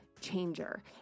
changer